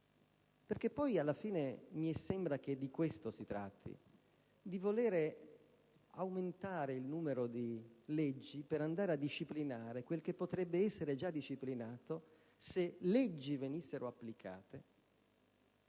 Perché poi, in fondo, mi sembra che di questo si tratti: voler aumentare il numero di leggi per andare a disciplinare quel che potrebbe essere già regolamentato se le leggi venissero applicate